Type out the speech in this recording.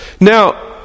Now